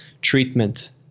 treatment